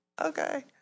Okay